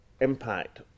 impact